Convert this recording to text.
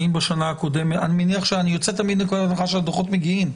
אני יוצא תמיד מנקודת הנחה שהדוחות מגיעים.